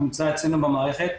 נמצא אצלנו במערכת,